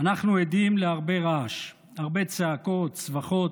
"אנחנו עדים להרבה רעש, הרבה צעקות, צווחות.